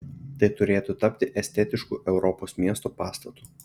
tai turėtų tapti estetišku europos miesto pastatu